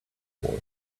forth